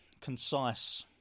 Concise